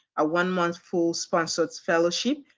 a one month full sponsored fellowship.